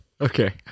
okay